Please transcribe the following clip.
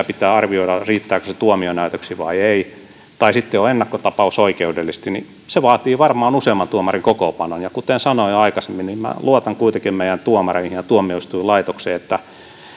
pitää arvioida riittääkö se tuomionäytöksi vai ei tai sitten on ennakkotapaus oikeudellisesti se vaatii varmaan useamman tuomarin kokoonpanon kuten sanoin aikaisemmin minä luotan kuitenkin meidän tuomareihin ja tuomioistuinlaitokseen että